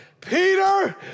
Peter